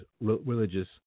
religious